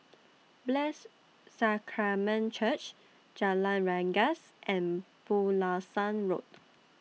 Blessed Sacrament Church Jalan Rengas and Pulasan Road